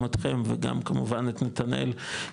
גם אותכם וגם כמובן את נתנאל,